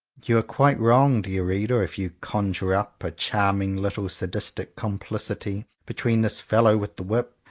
you are quite wrong, dear reader, if you conjure up a charming little sadistic complicity between this fellow with the whip,